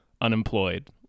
unemployed